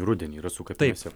rudenį rasų kapinėse